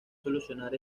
solucionar